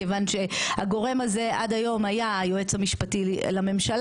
מכיוון שהגורם הזה עד היום היה היועץ המשפטי לממשלה,